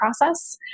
process